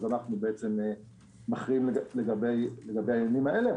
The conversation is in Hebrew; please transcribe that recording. אז אנחנו מכריעים לגבי העניינים האלה.